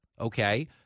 okay